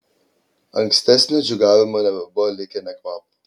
ankstesnio džiūgavimo nebebuvo likę nė kvapo